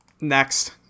Next